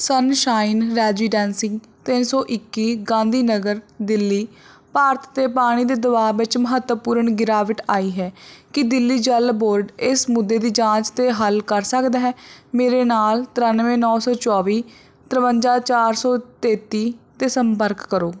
sunshine residency ਤਿੰਨ ਸੌ ਇੱਕੀ ਗਾਂਧੀ ਨਗਰ ਦਿੱਲੀ ਭਾਰਤ 'ਤੇ ਪਾਣੀ ਦੇ ਦਬਾਅ ਵਿੱਚ ਮਹੱਤਵਪੂਰਨ ਗਿਰਾਵਟ ਆਈ ਹੈ ਕੀ ਦਿੱਲੀ ਜਲ ਬੋਰਡ ਇਸ ਮੁੱਦੇ ਦੀ ਜਾਂਚ ਅਤੇ ਹੱਲ ਕਰ ਸਕਦਾ ਹੈ ਮੇਰੇ ਨਾਲ ਤਰਿਆਨਵੇਂ ਨੌਂ ਸੌ ਚੌਵੀ ਤਰਵੰਜਾ ਚਾਰ ਸੌ ਤੇਤੀ 'ਤੇ ਸੰਪਰਕ ਕਰੋ